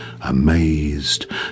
amazed